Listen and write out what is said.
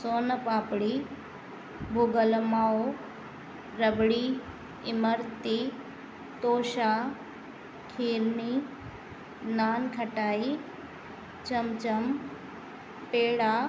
सोन पापड़ी भुॻल माओ रबड़ी इमरती तोशा खीरनी नानखटाई चमचम पेड़ा